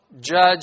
judge